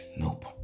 nope